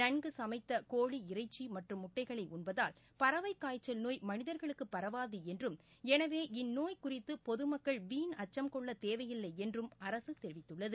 நன்கு சமைத்த கோழி இறைச்சி மற்றும் முட்டைகளை உண்பதால் பறவை காய்ச்சல் நோய் மனிதர்களுக்கு பரவாது என்றும் எனவே இந்நோய் குறித்து பொதுமக்கள் வீண் அச்சம் கொள்ள தேவைில்லை என்றும் அரசு தெரிவித்துள்ளது